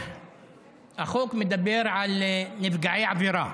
החוק מדבר על נפגעי עבירה.